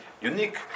unique